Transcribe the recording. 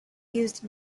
used